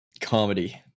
Comedy